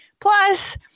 Plus